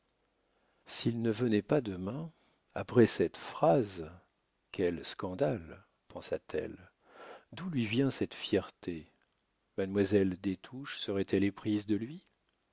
s'il ne venait pas demain après cette phrase quel scandale pensa-t-elle d'où lui vient cette fierté mademoiselle des touches serait-elle éprise de lui